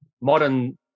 modern